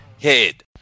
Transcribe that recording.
head